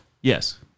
Yes